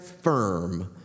firm